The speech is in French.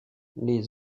les